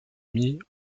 mis